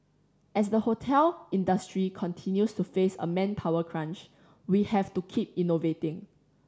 as the hotel industry continues to face a manpower crunch we have to keep innovating